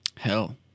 Hell